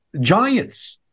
giants